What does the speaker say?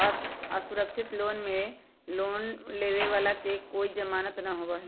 असुरक्षित लोन में लोन लेवे वाला के कोई जमानत न होबा हई